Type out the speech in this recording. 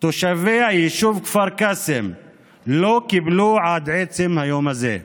תושבי היישוב כפר קאסם לא קיבלו עד עצם היום הזה.